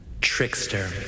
Trickster